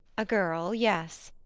a girl, yes.